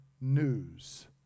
news